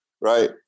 right